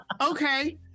Okay